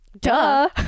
duh